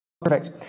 Perfect